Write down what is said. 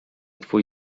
twój